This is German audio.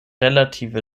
relative